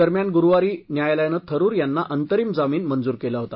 दरम्यान गुरुवारी न्यायालयानं थरूर यांना अंतरीम जामीन मंजूर केला होता